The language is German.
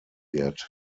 wird